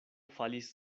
falis